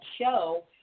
show